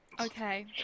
Okay